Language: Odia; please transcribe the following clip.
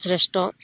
ଶ୍ରେଷ୍ଠ